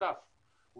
הוא